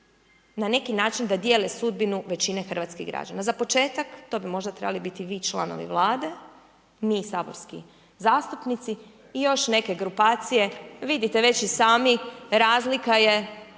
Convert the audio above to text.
na neki način da dijele sudbinu većine hrvatskih građana. Za početak to bi možda trebali biti vi članovi Vlade, mi saborski zastupnici i još neke grupacije, vidite već i sami razlika